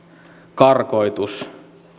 karkotus